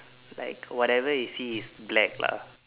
like whatever they see is black lah